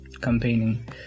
campaigning